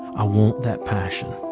i want that passion.